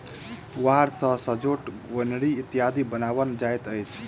पुआर सॅ सजौट, गोनरि इत्यादि बनाओल जाइत अछि